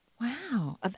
Wow